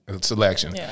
selection